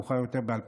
ומאוחר יותר ב-2019.